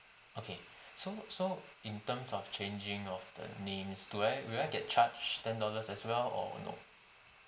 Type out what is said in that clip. okay so so in terms of changing of the name do I will I get charge ten dollars as well or no